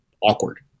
awkward